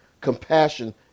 compassion